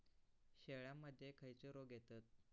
शेळ्यामध्ये खैचे रोग येतत?